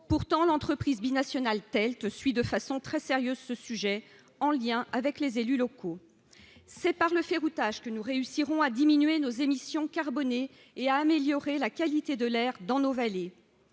pourtant l'entreprise binationale tels que celui de façon très sérieuse ce sujet en lien avec les élus locaux, c'est par le ferroutage que nous réussirons à diminuer nos émissions carbonées et à améliorer la qualité de l'air dans nos vallées,